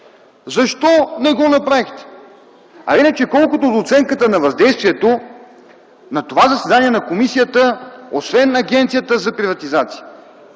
защо не го направихте? А иначе, колкото до оценката за въздействието, на това заседание на комисията, освен Агенцията за приватизация